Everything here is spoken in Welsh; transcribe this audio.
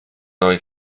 oedd